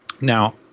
Now